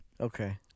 Okay